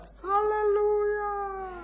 Hallelujah